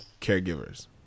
caregivers